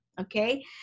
okay